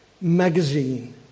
magazine